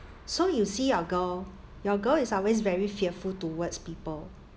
so you see your girl your girl is always very fearful towards people